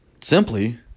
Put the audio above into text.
simply